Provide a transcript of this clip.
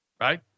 Right